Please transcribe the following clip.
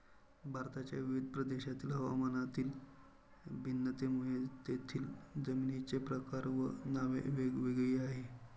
भारताच्या विविध प्रदेशांतील हवामानातील भिन्नतेमुळे तेथील जमिनींचे प्रकार व नावे वेगवेगळी आहेत